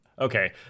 Okay